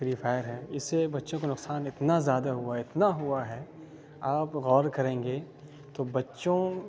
free fire ہے اس سے بچوں کو نقصان اتنا زیادہ ہوا اتنا ہوا ہے آپ غور کریں گے تو بچوں